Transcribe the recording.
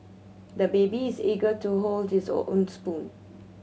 the baby is eager to hold this own spoon